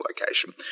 location